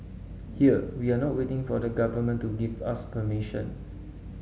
here we are not waiting for the Government to give us permission